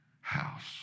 house